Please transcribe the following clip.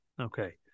Okay